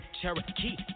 Cherokee